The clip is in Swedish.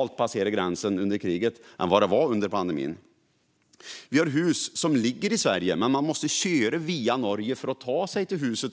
att passera gränsen legalt under kriget än under pandemin. Ett hus kan ligga i Sverige, men man måste köra via Norge för att ta sig till huset.